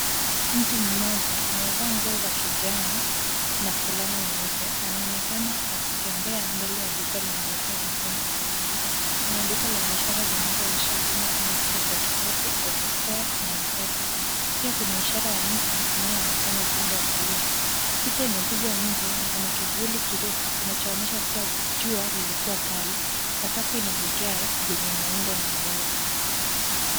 Mtu mmoja amevaa nguo za kijani na fulana nyeupe. Anaonekana akitembea mbele ya duka linalotoa huduma mbalimbali. Kuna duka lenye ishara zinazoonyesha huduma kama photocopy, autospare na Mpesa , Pia kuna ishara ya Nissan inayoonekana upande wa kulia. Picha imepigwa nje na kuna kivuli kirefu kinachoonyesha kuwa jua lilikuwa kali, sakafu inavigae vyenye muundo wa maua.